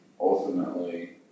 ultimately